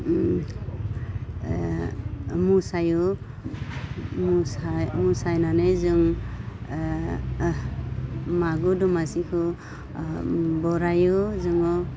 मोसायो मोसा मोसानानै जों मागो दमासिखौ बरायो जोङो